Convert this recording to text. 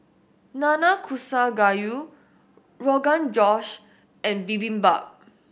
Nanakusa Gayu Rogan Josh and Bibimbap